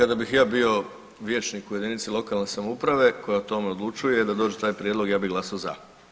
Kada bih ja bio vijećnik u jedinici lokalne samouprave koja o tome odlučuje da dođe taj prijedlog ja bi glasao za.